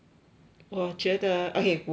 我觉得 okay 我